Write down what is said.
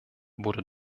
wurde